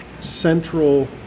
central